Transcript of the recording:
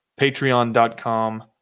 patreon.com